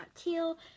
teal